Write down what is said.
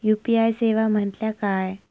UPI सेवा म्हटल्या काय?